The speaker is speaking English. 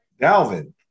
Dalvin